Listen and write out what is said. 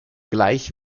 gleich